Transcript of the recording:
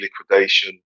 liquidation